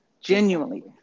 Genuinely